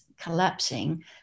collapsing